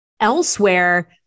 elsewhere